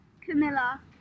Camilla